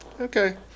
Okay